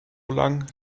lang